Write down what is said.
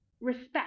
respect